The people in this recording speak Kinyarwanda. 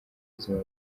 buzima